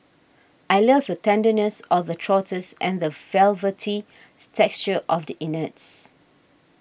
I love the tenderness of the trotters and the velvety stexture of the innards